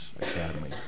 Academy